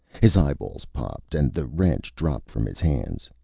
his eyeballs popped, and the wrench dropped from his hands.